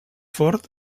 fort